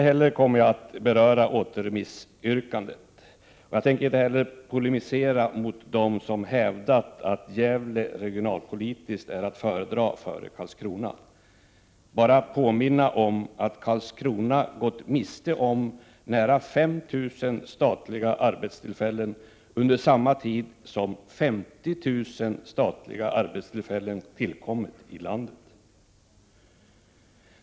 Jag kommer inte att beröra återremissyrkandet, och jag tänker inte heller polemisera mot dem som hävdat att Gävle regionalpolitiskt är att föredra framför Karlskrona. Men jag vill framhålla att Karlskrona gått miste om nära 5 000 statliga arbetstillfällen under samma tid som 50 000 statliga arbetstillfällen tillkommit i landet.